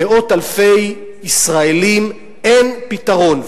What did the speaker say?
למאות-אלפי ישראלים אין פתרון,